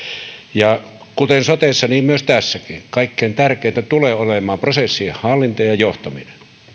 hallituksissa kuten sotessa niin myös tässäkin kaikkein tärkeintä tulee olemaan prosessien hallinta ja ja johtaminen